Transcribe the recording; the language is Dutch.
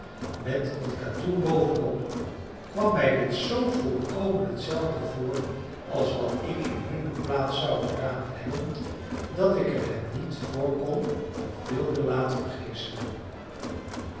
met wat katoen bovenop kwam mij dit zoo volkomen hetzelfde voor als wat ik in hunne plaats zou gedaan hebben dat ik er hen niet voor kon of wilde laten geeselen